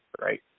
right